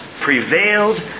prevailed